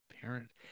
parent